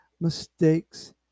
mistakes